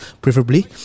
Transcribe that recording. preferably